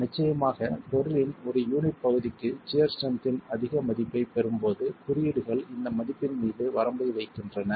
நிச்சயமாக பொருளின் ஒரு யூனிட் பகுதிக்கு சியர் ஸ்ட்ரென்த் இன் அதிக மதிப்பைப் பெறும்போது குறியீடுகள் இந்த மதிப்பின் மீது வரம்பை வைக்கின்றன